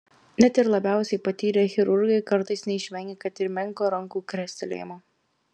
net ir labiausiai patyrę chirurgai kartais neišvengia kad ir menko rankų krestelėjimo